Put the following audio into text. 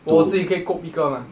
我自己可以 kop 一个吗